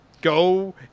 go